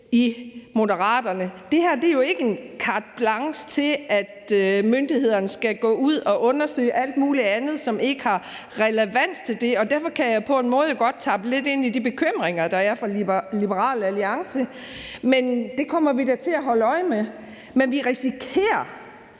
i Moderaterne. Det her er jo ikke et carte blanche til, at myndighederne skal går ud og undersøge alt muligt andet, som ikke har relevans for det. Jeg kan på en måde godt tappe lidt ind i de bekymringer, der er fra Liberal Alliances side, men det kommer vi da til at holde øje med. Men vi risikerer